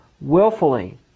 willfully